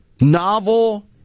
novel